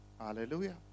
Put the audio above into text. Hallelujah